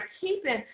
keeping